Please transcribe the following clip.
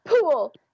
pool